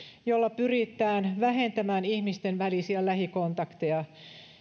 jolla pyritään vähentämään ihmisten välisiä lähikontakteja